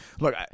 Look